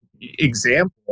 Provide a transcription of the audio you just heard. example